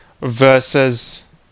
versus